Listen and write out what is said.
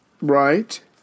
Right